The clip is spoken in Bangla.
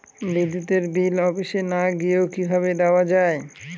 বিদ্যুতের বিল অফিসে না গিয়েও কিভাবে দেওয়া য়ায়?